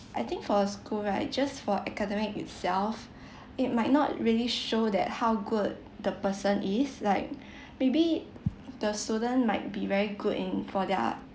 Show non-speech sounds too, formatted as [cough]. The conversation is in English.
I think for school right just for academic itself [breath] it might not really show that how good the person is like [breath] maybe the student might be very good in for their